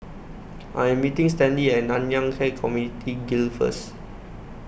I Am meeting Stanley At Nanyang Khek Community Guild First